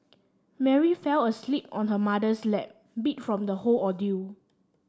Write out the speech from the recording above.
Mary fell asleep on her mother's lap beat from the whole ordeal